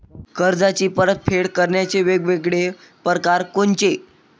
कर्जाची परतफेड करण्याचे वेगवेगळ परकार कोनचे?